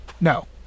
no